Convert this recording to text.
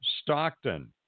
Stockton